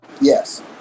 Yes